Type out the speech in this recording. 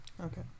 Okay